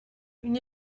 une